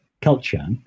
culture